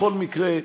בכל מקרה,